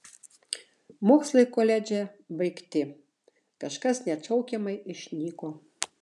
mokslai koledže baigti kažkas neatšaukiamai išnyko